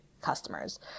customers